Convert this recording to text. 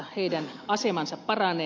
heidän asemansa paranee